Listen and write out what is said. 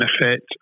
benefit